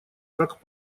как